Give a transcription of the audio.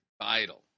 Vital